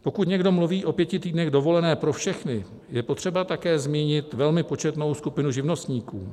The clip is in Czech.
Pokud někdo mluví o pěti týdnech dovolené pro všechny, je potřeba také zmínit velmi početnou skupinu živnostníků.